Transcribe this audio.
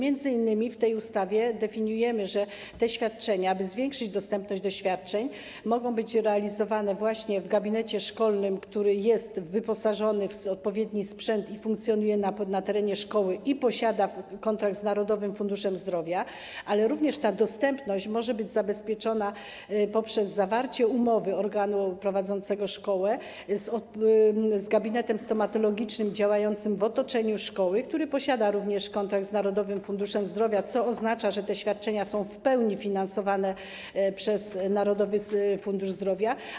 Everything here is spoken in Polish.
I w tej ustawie stanowimy m.in., że w celu zwiększenia dostępności do świadczeń mogą być one realizowane właśnie w gabinecie szkolnym, który jest wyposażony w odpowiedni sprzęt, funkcjonuje na terenie szkoły i posiada kontrakt z Narodowym Funduszem Zdrowia, ale również ta dostępność może być zabezpieczona poprzez zawarcie umowy organu prowadzącego szkołę z gabinetem stomatologicznym działającym w otoczeniu szkoły, który posiada również kontrakt z Narodowym Funduszem Zdrowia, co oznacza, że te świadczenia są w pełni finansowane przez Narodowy Fundusz Zdrowia.